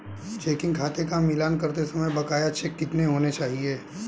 Checking खाते का मिलान करते समय बकाया चेक कितने होने चाहिए?